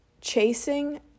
Chasing